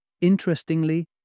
Interestingly